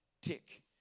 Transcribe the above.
tick